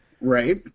right